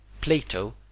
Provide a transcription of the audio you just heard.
plato